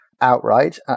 outright